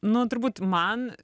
nu turbūt man